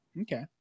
Okay